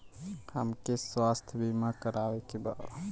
हमके स्वास्थ्य बीमा करावे के बा?